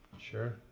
Sure